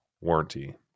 warranty